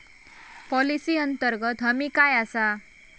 Policy अंतर्गत हमी काय आसा?